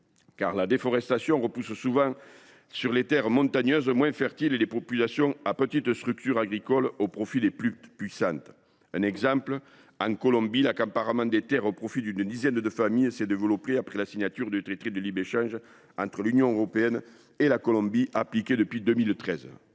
la déforestation repousse souvent sur des terres montagneuses moins fertiles les populations et les petites structures agricoles au profit des plus puissantes. En Colombie par exemple, l’accaparement des terres au profit d’une dizaine de familles s’est développé après la signature du traité de libre échange entre l’Union européenne et la Colombie, qui s’applique depuis 2013.